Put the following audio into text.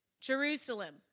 Jerusalem